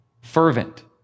fervent